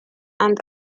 and